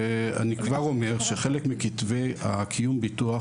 אני כבר אומר שחלק מכתבי קיום הביטוח,